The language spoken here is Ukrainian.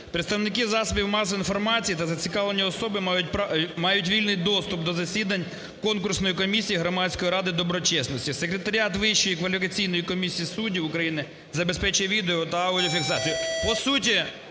"Представники засобів масової інформації та зацікавлені особи мають вільний доступ до засідань Конкурсної комісії Громадської ради доброчесності. Секретаріат Вищої кваліфікаційної комісії суддів України забезпечує відео- та аудіофіксацію